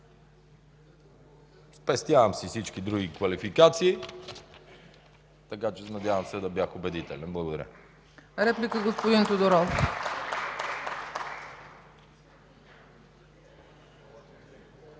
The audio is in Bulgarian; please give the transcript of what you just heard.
Спестявам си всички други квалификации. Надявам се, че бях убедителен. Благодаря.